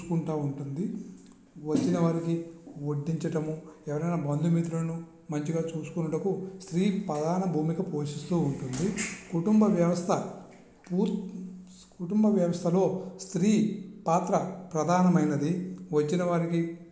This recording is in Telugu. చూసుకుంటూ ఉంటుంది వచ్చినవారికి వడ్డించడము ఎవరైనా బంధుమిత్రులను మంచిగా చూసుకొనుటకు స్త్రీ ప్రధాన భూమిక పోషిస్తూ ఉంటుంది కుటుంబ వ్యవస్థ పూ కుటుంబ వ్యవస్థలో స్త్రీ పాత్ర ప్రధానమైనది వచ్చినవారికీ